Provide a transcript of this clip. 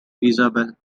isabella